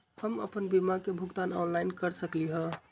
हम अपन बीमा के भुगतान ऑनलाइन कर सकली ह?